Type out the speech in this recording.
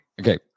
Okay